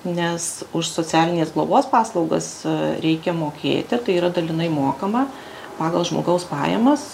nes už socialinės globos paslaugas reikia mokėti tai yra dalinai mokama pagal žmogaus pajamas